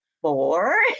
four